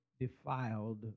defiled